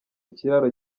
kiraro